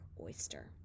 oyster